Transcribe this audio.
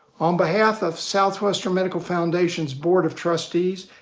on behalf of southwestern medical foundation's board of trustees,